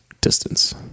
distance